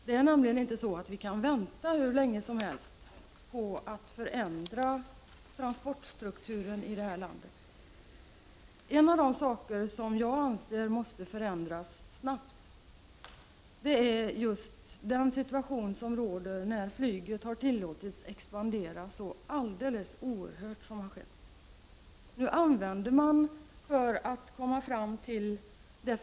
Det är nämligen så att vi inte kan vänta hur länge som helst på att förändra transportstrukturen i det här landet. En av de saker som jag anser måste förändras snabbt är just den situation som råder på grund av att flyget tillåtits expandera så oerhört som varit fallet.